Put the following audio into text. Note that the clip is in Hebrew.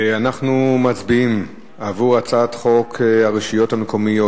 אנחנו מצביעים על הצעת חוק הרשויות המקומיות